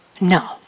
No